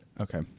Okay